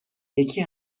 یکی